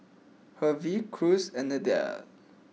Hervey Cruz and Adel